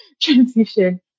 transition